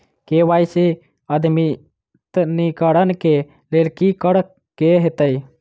KYC अद्यतनीकरण कऽ लेल की करऽ कऽ हेतइ?